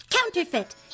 Counterfeit